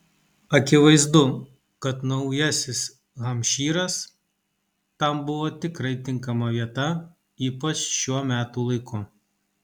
akivaizdu kad naujasis hampšyras tam buvo tikrai tinkama vieta ypač šiuo metų laiku